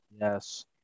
Yes